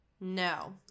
No